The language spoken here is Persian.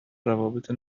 روابط